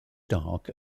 dark